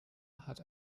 hat